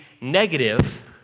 negative